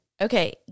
Okay